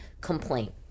complaint